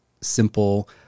simple